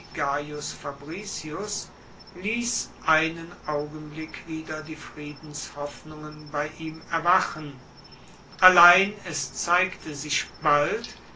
fabricius liess einen augenblick wieder die friedenshoffnungen bei ihm erwachen allein es zeigte sich bald